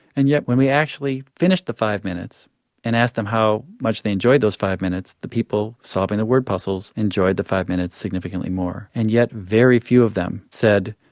and yet when we actually finished the five minutes and asked them how much they enjoyed those five minutes, the people solving the word puzzles enjoyed the five minutes significantly more. and yet very few of them said,